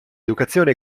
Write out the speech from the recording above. educazione